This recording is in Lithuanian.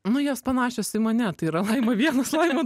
nu jos panašios į mane tai yra laima vienas laima